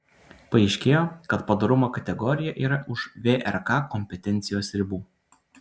paaiškėjo kad padorumo kategorija yra už vrk kompetencijos ribų